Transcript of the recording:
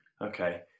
Okay